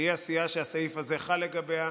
שהיא הסיעה שהסעיף הזה חל לגביה,